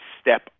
step